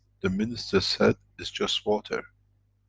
the minister said, it's just water,